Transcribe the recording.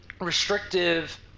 restrictive